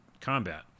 combat